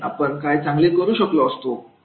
आणि आपण काय चांगले करू शकलो असतो